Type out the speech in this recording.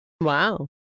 Wow